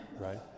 Right